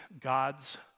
God's